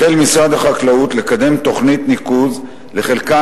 החל משרד החקלאות לקדם תוכנית ניקוז לחלקה